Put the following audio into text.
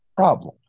problem